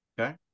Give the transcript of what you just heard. Okay